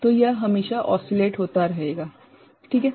तो यह हमेशा ओस्सिलेट होता रहेगा ठीक है